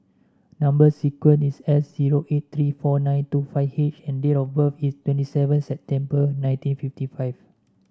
number sequence is S zero eight three four nine two five H and date of birth is twenty seven September nineteen fifty five